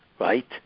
right